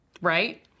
right